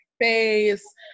face